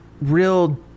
real